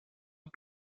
how